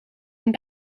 een